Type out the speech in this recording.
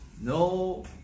No